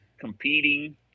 competing